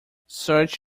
such